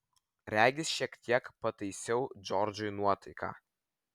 regis šiek tiek pataisiau džordžui nuotaiką